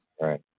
Right